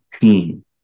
team